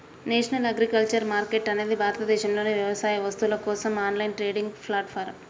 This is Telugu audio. నేషనల్ అగ్రికల్చర్ మార్కెట్ అనేది భారతదేశంలోని వ్యవసాయ వస్తువుల కోసం ఆన్లైన్ ట్రేడింగ్ ప్లాట్ఫారమ్